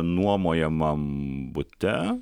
nuomojamam bute